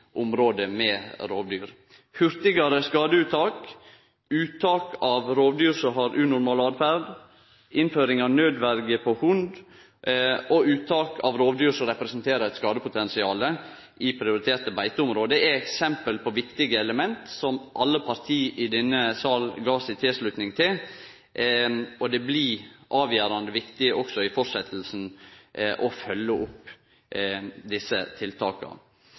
område med rovdyr. Hurtigare skadeuttak, uttak av rovdyr som har unormal atferd, innføring av nødverje på hund og uttak av rovdyr som representerer eit skadepotensial i prioriterte beiteområde er eksempel på viktige element som alle parti i denne salen gav si tilslutning til, og det blir avgjerande viktig også i fortsetjinga å følgje opp desse tiltaka.